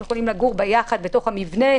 הם יכולים לגור ביחד בתוך המבנה,